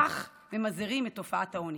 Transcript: כך ממזערים את תופעת העוני.